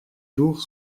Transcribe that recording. jour